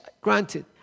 granted